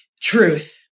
truth